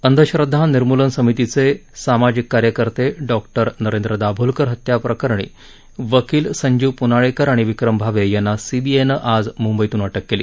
अंधश्रद्वा निर्मूलन समितीचे सामाजिक कार्यकर्ते डॉक्टर नरेंद्र दाभोलकर हत्या प्रकरणी वकील संजीव पुनाळेकर आणि विक्रम भावे यांना सीबीआयनं आज मुंबईतून अटक केली